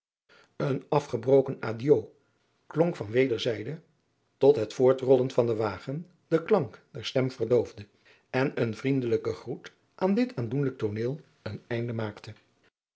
een afgebroken adio klonk van wederzijde tot het voortrollen van den wagen den klank der stem verdoofde en een vrienadriaan loosjes pzn het leven van maurits lijnslager delijke groet aan dit aandoenlijk tooneel een einde maakte